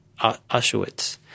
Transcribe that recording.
Auschwitz